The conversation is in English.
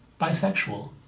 bisexual